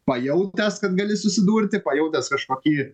pajautęs kad gali susidurti pajautęs kažkokį